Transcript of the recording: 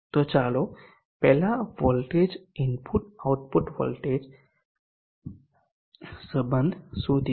તો ચાલો પહેલા વોલ્ટેજ ઇનપુટ આઉટપુટ વોલ્ટેજ સંબધ શોધીએ